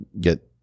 get